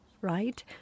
right